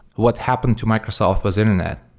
what happened to microsoft was internet,